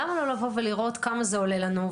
למה לא לבוא ולראות כמה זה עולה לנו,